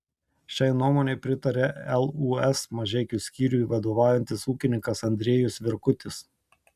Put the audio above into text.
šiai nuomonei pritaria lūs mažeikių skyriui vadovaujantis ūkininkas andriejus virkutis